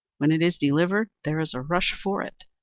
when it is delivered there is a rush for it.